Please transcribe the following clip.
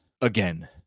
again